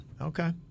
Okay